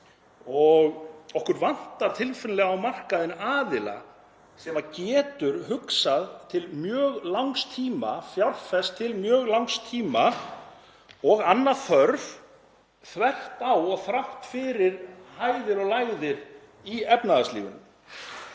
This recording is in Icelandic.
og okkur vantar tilfinnanlega á markaðinn aðila sem getur hugsað til mjög langs tíma, fjárfest til mjög langs tíma og annað þörf þvert á og þrátt fyrir hæðir og lægðir í efnahagslífinu.